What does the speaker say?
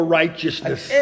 righteousness